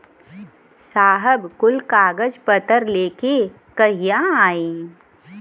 साहब कुल कागज पतर लेके कहिया आई?